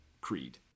creed